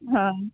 હા